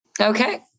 Okay